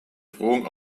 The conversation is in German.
drohung